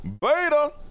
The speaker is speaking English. beta